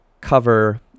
cover